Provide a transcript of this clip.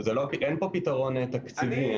אין פה פתרון תקציבי.